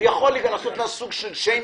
הוא יכול לעשות לה סוג של שיימינג?